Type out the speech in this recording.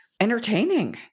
entertaining